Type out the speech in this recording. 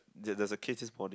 there's there's a kid this morning